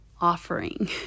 offering